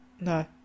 No